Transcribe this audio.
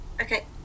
Okay